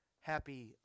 happy